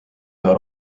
üha